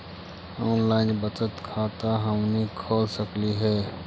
Online बचत खाता हमनी खोल सकली हे?